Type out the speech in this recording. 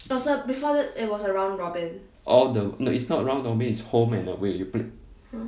all the no it's not round robin home and away you play